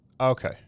Okay